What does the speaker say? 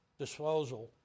Disposal